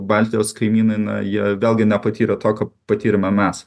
baltijos kaimynai na jie vėlgi nepatyrė to ką patyrėme mes